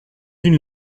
une